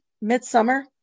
midsummer